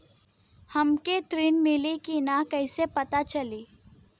हमके ऋण मिली कि ना कैसे पता चली?